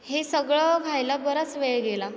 हे सगळं व्हायला बराच वेळ गेला